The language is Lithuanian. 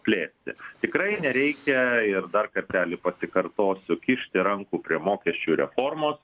plėsti tikrai nereikia ir dar kartelį pasikartosiu kišti rankų prie mokesčių reformos